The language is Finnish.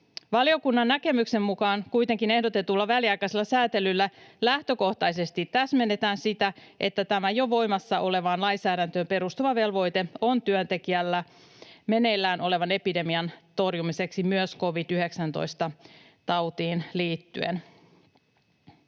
Valiokunnan näkemyksen mukaan kuitenkin ehdotetulla väliaikaisella säätelyllä lähtökohtaisesti täsmennetään sitä, että tämä jo voimassa olevaan lainsäädäntöön perustuva velvoite on työntekijällä meneillään olevan epidemian torjumiseksi myös covid-19-tautiin liittyen.